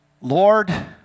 Lord